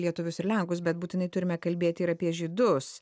lietuvius ir lenkus bet būtinai turime kalbėti ir apie žydus